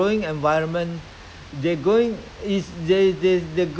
then they're try to grow happily you see nowadays